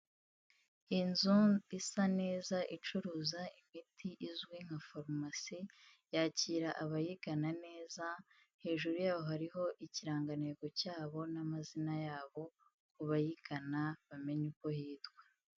Inzu isa neza icuruza imiti izwi nka farumasi yakira abayigana neza, hejuru yaho hariho ikirangantego cyabo n'amazina yabo ku bayigana bamenye uko hitwa.